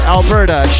Alberta